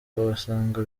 basanga